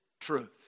truth